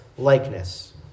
Likeness